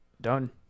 Done